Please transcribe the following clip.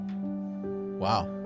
wow